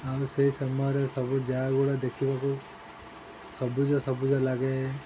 ଆଉ ସେଇ ସମୟରେ ସବୁ ଜାଗାଗୁଡ଼ା ଦେଖିବାକୁ ସବୁଜ ସବୁଜ ଲାଗେ